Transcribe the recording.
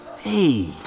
Hey